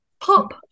pop